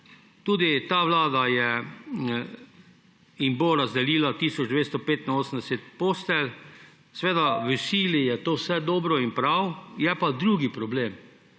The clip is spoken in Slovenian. Tudi ta vlada jim bo razdelila tisoč 285 postelj. Seveda v sili je to vse dobro in prav. Je pa drug problem,